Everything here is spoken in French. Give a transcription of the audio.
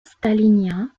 stalinien